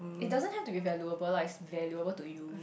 it doesn't have to be valuable lah it's valuable to you